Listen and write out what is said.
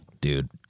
dude